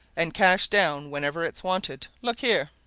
and cash down whenever it's wanted. look here!